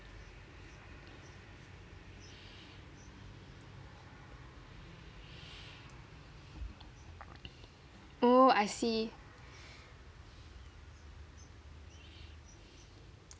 oh I see